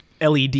LED